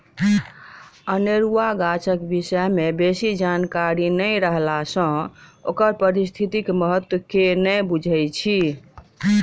अनेरुआ गाछक विषय मे बेसी जानकारी नै रहला सँ ओकर पारिस्थितिक महत्व के नै बुझैत छी